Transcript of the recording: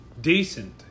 decent